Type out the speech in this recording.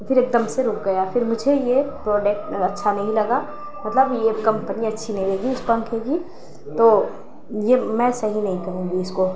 پھر ایک دم سے رک گیا پھر مجھے یہ پروڈکٹ اچھا نہیں لگا مطلب یہ کمپنی اچھی نہیں لگی اس پنکھے کی تو یہ میں صحیح نہیں کہوں گی اس کو